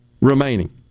remaining